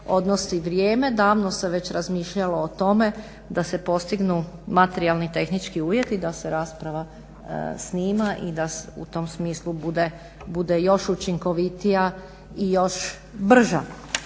odnosi vrijeme. Davno se već razmišljalo o tome da se postignu materijalni tehnički uvjeti da se rasprava snima i da u tom smislu bude još učinkovitija i još brža.